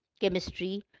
chemistry